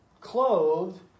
clothed